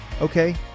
Okay